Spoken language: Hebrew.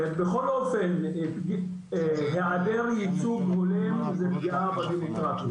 בכל אופן, היעדר ייצוג הולם זה פגיעה בדמוקרטיה.